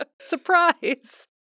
surprise